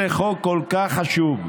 זה חוק כל כך חשוב,